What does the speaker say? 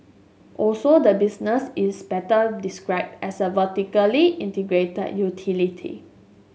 also the business is better described as a vertically integrated utility